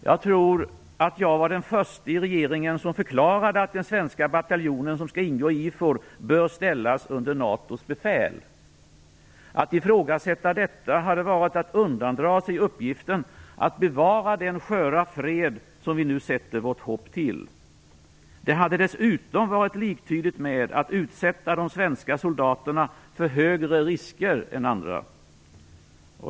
Jag tror att jag var den förste i regeringen som förklarade att den svenska bataljon som skall ingå i IFOR bör ställas under NATO:s befäl. Att ifrågasätta detta hade varit att undandra sig uppgiften att bevara den sköra fred som vi nu sätter vårt hopp till. Det hade dessutom varit liktydigt med att utsätta de svenska soldaterna för högre risker än andra.